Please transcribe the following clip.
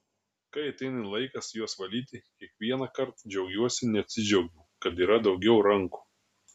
kai ateina laikas juos valyti kiekvienąkart džiaugiuosi neatsidžiaugiu kad yra daugiau rankų